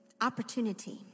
opportunity